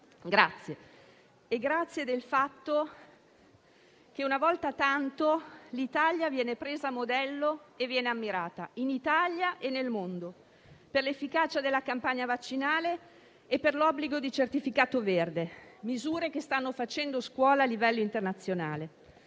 Grazie! E grazie del fatto che una volta tanto l'Italia viene presa a modello e viene ammirata al suo interno e nel mondo per l'efficacia della campagna vaccinale e per l'obbligo di certificato verde, misure che stanno facendo scuola a livello internazionale.